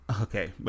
Okay